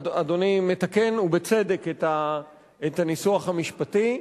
אדוני מתקן, ובצדק, את הניסוח המשפטי.